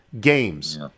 games